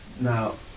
Now